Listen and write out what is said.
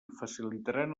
facilitaran